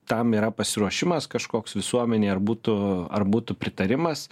tam yra pasiruošimas kažkoks visuomenėj ar būtų ar būtų pritarimas